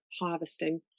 harvesting